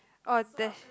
uh there's